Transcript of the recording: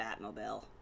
Batmobile